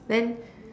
then